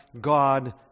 God